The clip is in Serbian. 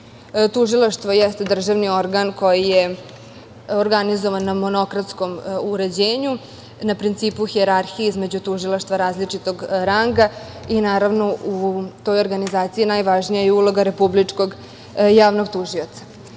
tužilaštva. Tužilaštvo jeste državni organ koji je organizovan na monokratskom uređenju, na principu hijerarhije između tužilaštva različitog ranga i, naravno, u toj organizaciji najvažnija je uloga Republičkog javnog tužioca,